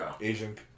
Asian